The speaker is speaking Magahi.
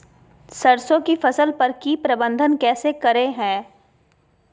सरसों की फसल पर की प्रबंधन कैसे करें हैय?